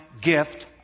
gift